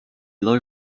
low